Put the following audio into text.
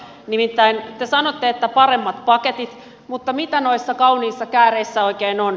nimittäin te sanotte että paremmat paketit mutta mitä noissa kauniissa kääreissä oikein on